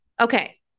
Okay